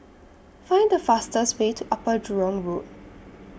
Find The fastest Way to Upper Jurong Road